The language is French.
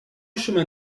chemin